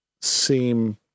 seem